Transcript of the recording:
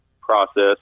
process